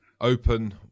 open